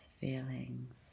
feelings